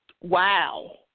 wow